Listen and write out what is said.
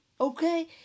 okay